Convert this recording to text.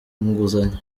nguzanyo